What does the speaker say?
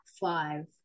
five